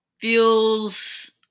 feels